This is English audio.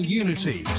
unity